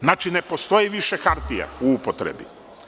Znači, ne postoji više hartija u upotrebi.